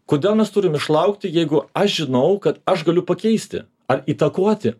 kodėl mes turim išlaukti jeigu aš žinau kad aš galiu pakeisti ar įtakoti